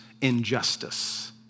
injustice